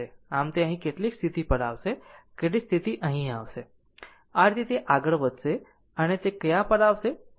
આમ તે અહીં કેટલીક સ્થિતિ પર આવશે કેટલીક સ્થિતિ અહીં આવશે આ રીતે તે આગળ વધશે અને તે કયા પર આવશે